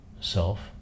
self